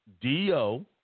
D-O